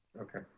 Okay